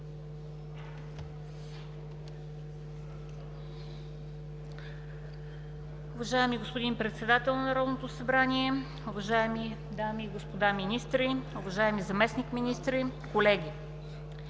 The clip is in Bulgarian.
Уважаеми господин Председател на Народното събрание, уважаеми дами и господа министри, уважаеми заместник-министри, колеги!